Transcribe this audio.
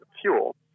fuel